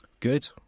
Good